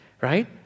right